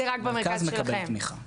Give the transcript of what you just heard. זה רק במרכז שלכם?